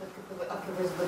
bet kaip jau akivaizdu